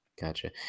Gotcha